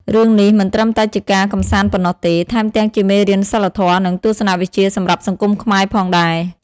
រឿងនេះមិនត្រឹមតែជាការកម្សាន្តប៉ុណ្ណោះទេ ថែមទាំងជាមេរៀនសីលធម៌ នឹងទស្សនវិជ្ជាសម្រាប់សង្គមខ្មែរផងដែរ ។